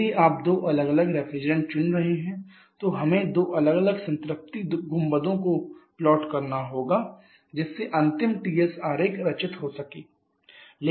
यदि आप दो अलग अलग रेफ्रिजरेंट चुन रहे हैं तो हमें दो अलग अलग संतृप्ति गुंबदों को प्लॉट करना होगा जिससे अंतिम Ts आरेख रचित हो सके